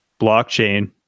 blockchain